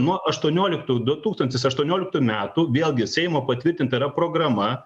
nuo aštuonioliktų du tūkstantis aštuonioliktų metų vėlgi seimo patvirtinta yra programa